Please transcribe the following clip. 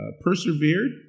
persevered